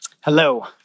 Hello